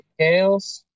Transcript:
Kales